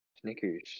Snickers